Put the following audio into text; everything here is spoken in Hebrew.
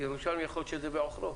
דבר ראשון, נדאג שמה שקרה בעשור האחרון